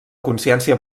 consciència